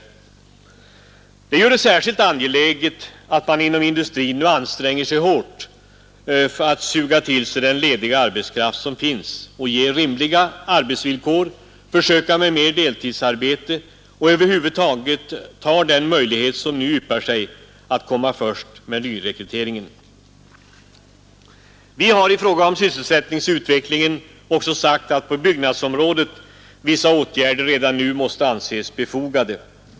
Detta gör det särskilt angeläget att man inom industrin anstränger sig hårt för att suga till sig den lediga arbetskraft som finns, ger rimliga arbetsvillkor, försöker med mer deltidsarbete och över huvud taget tillvaratar den möjlighet som nu yppar sig att komma först med nyrekryteringen. Vi har i fråga om sysselsättningsutvecklingen också sagt att på byggnadsområdet måste vissa åtgärder redan nu anses befogade.